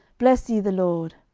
bless ye the lord.